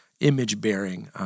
image-bearing